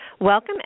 Welcome